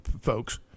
folks